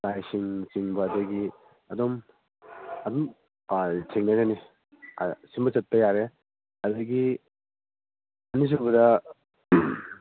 ꯂꯥꯏꯁꯤꯡꯅ ꯆꯤꯡꯕ ꯑꯩꯈꯣꯏ ꯑꯗꯨꯝ ꯑꯗꯨꯝ ꯊꯦꯡꯅꯒꯅꯤ ꯁꯤꯃ ꯆꯠꯄ ꯌꯥꯔꯦ ꯑꯗꯒꯤ ꯑꯅꯤꯁꯨꯕꯗ